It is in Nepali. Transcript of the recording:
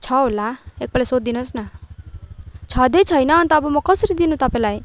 छ होला एकपल्ट सोधिदिनुहोस् न छँदै छैन अन्त अब म कसरी दिनु तपाईँलाई